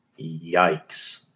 Yikes